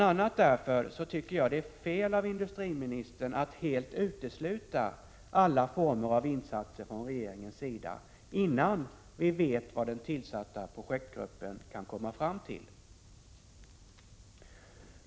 a. därför tycker jag att det är fel av industriministern att helt utesluta alla former av insatser från regeringens sida innan man vet vad den tillsatta projektgruppen kommer fram till.